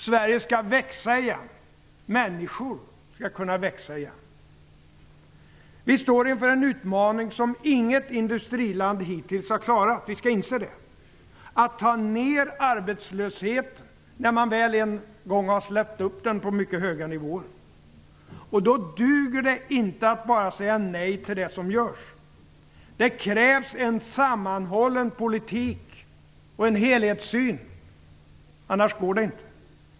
Sverige skall växa igen. Människor skall kunna växa igen. Vi står inför en utmaning som inget industriland hittills har klarat, vi skall inse det, nämligen att ta ner arbetslösheten när man väl en gång har släppt upp den på mycket höga nivåer. Då duger det inte att bara säga nej till det som görs. Det krävs en sammanhållen politik och en helhetssyn, annars går det inte.